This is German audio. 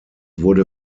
wurde